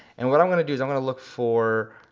and what i'm gonna do is i'm gonna look for,